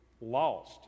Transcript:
lost